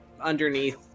underneath